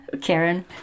Karen